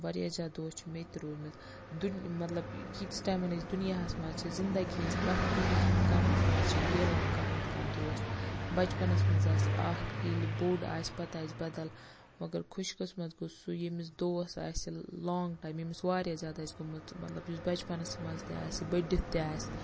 وارِیاہ زیادٕ دوس چھ مےٚ تہِ رودمٕتۍ دُنہِ مَطلَب ییٖتِس ٹایمَن أسۍ دُنِیاہَس منٛز چھ زِندَگی ہِنٛز پرٮ۪تھ کُنِس مقامَس منٛز چھ میلان کانٛہہ نَتہٕ کانٛہہ دوس بَچپَنَس منٛز آسہِ اَکھ ییٚلہِ بوٚڑ آسہِ پَتہ آسہِ بَدَل مَگَر خۄش قٕسمَت گوٚو سُہ ییٚمِس دوس آسہِ لانگ ٹایم ییٚمِس وارِیاہ زیادٕ آسہ گوٚمُت مَطلَب یُس بَچپَنَس منٛز تہِ آسہِ بٔڑتھ تہِ آسہِ